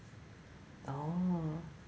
oh